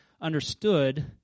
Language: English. understood